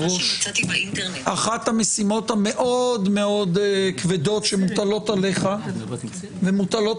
אחת המשימות המאוד מאוד כבדות שמוטלות עליך ומוטלות